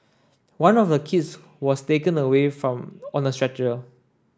one of the kids was taken away from on a stretcher